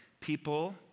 People